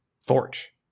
Forge